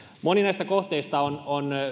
moni näistä kohteista